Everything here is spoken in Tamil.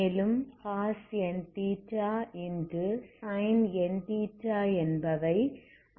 மேலும் cos nθ sin nθ என்பவை ஐகன் பங்க்ஷன் ஆகும்